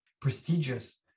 prestigious